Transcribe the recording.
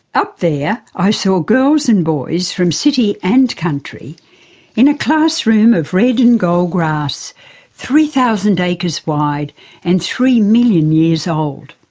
up there i saw girls and boys from city and country in a classroom of red and gold grass three thousand acres wide and three million years old.